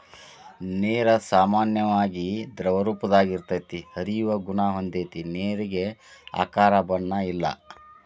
ನೇರು ಸಾಮಾನ್ಯವಾಗಿ ದ್ರವರೂಪದಾಗ ಇರತತಿ, ಹರಿಯುವ ಗುಣಾ ಹೊಂದೆತಿ ನೇರಿಗೆ ಆಕಾರ ಬಣ್ಣ ಇಲ್ಲಾ